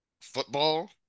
football